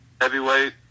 heavyweight